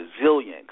Resilient